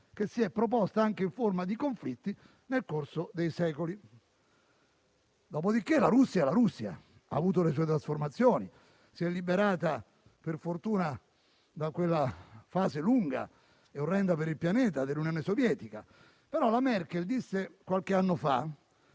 che si è proposta anche in forma di conflitti nel corso dei secoli. Dopodiché, la Russia è la Russia. Ha avuto le sue trasformazioni. Si è liberata, per fortuna, da quella fase, lunga e orrenda per il pianeta, dell'Unione Sovietica. La Merkel, però, disse qualche anno fa